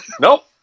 Nope